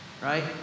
right